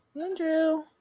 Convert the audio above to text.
Andrew